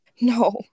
No